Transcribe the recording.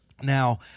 Now